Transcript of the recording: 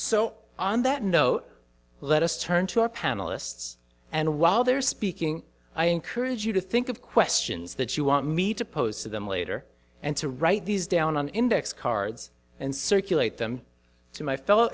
so on that note let us turn to our panelists and while they're speaking i encourage you to think of questions that you want me to pose to them later and to write these down on index cards and circulate them to my fellow